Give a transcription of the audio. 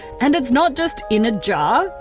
and it's not just in a jar,